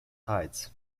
tides